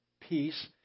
peace